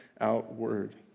Outward